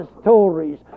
stories